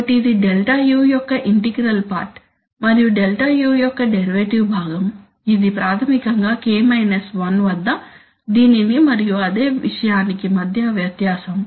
కాబట్టి ఇది Δu యొక్క ఇంటిగ్రల్ పార్ట్ మరియు Δu యొక్క డెరివేటివ్ భాగం ఇది ప్రాథమికంగా k 1 వద్ద దీనికి మరియు అదే విషయానికి మధ్య వ్యత్యాసం